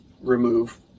remove